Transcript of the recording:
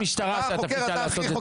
יש משטרה שתפקידה לעשות את זה.